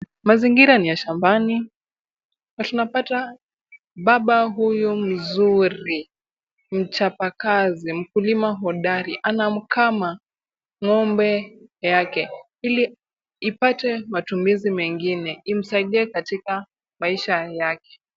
Mazingira ni ya shambani na tunapata baba huyu mzuri, mchapakazi, mkulima hodari anamkama ng'ombe yake ili ipate matumizi mengine imsaidie katika maisha lake.